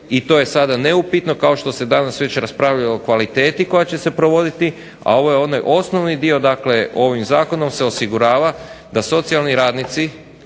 i to je sada neupitno kao što se već danas raspravljalo o kvaliteti koja će se provoditi, a ovo je onaj osnovni dio, dakle, ovim zakonom se osigurava da socijalni radnici,